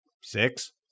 Six